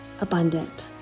abundant